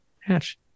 hatch